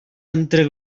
entre